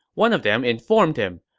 one of them informed him,